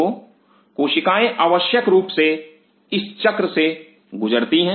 तो कोशिकाएं आवश्यक रूप से इस चक्र से गुजरती हैं